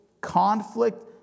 conflict